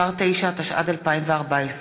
התשע"ד 2014,